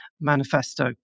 manifesto